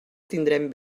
tindrem